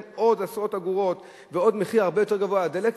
עוד עשרות אגורות ומחיר הרבה יותר גבוה על הדלק,